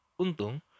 untung